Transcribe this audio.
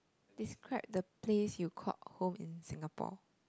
describe the place you called home in Singapore